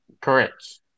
Correct